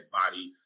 body